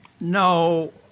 No